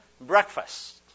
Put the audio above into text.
breakfast